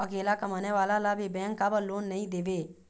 अकेला कमाने वाला ला भी बैंक काबर लोन नहीं देवे?